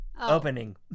opening